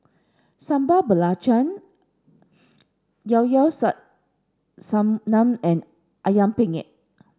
Sambal Belacan Llao Llao Sanum and Ayam Penyet